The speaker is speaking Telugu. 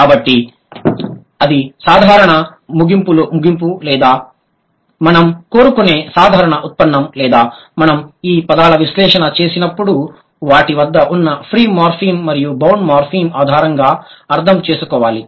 కాబట్టి అది సాధారణ ముగింపు లేదా మనం కోరుకునే సాధారణ ఉత్పన్నం లేదా మనం ఈ పదాల విశ్లేషణ చేసినప్పుడు వాటి వద్ద ఉన్న ఫ్రీ మార్ఫిమ్ మరియు బౌండ్ మార్ఫిమ్ ఆధారంగా అర్థం చేసుకోవాలి